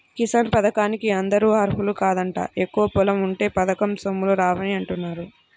కిసాన్ పథకానికి అందరూ అర్హులు కాదంట, ఎక్కువ పొలం ఉంటే పథకం సొమ్ములు రావని అంటున్నారుగా